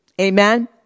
Amen